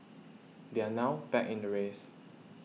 they are now back in the race